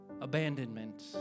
abandonment